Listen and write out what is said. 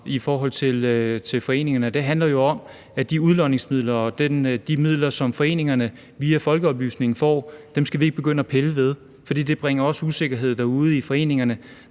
i forhold til foreningerne, og det handler jo om, at de udlodningsmidler og de midler, som foreningerne via folkeoplysningen får, skal vi ikke begynde at pille ved, for det bringer også usikkerhed derude i foreningerne.